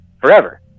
forever